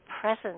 presence